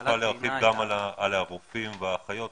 תוכל להרחיב גם על הרופאים ועל האחיות?